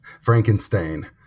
Frankenstein